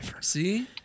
See